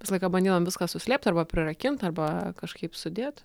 visą laiką bandydavom viską suslėpt arba prirakint arba kažkaip sudėt